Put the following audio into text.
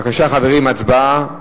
בבקשה, חברים, הצבעה.